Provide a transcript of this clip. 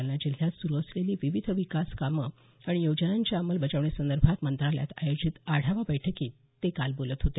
जालना जिल्ह्यात सुरू असलेली विविध विकास कामं आणि योजनांच्या अंमलबजावणी संदर्भात मंत्रालयात आयोजित आढावा बैठकीत ते काल बोलत होते